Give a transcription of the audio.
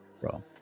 bro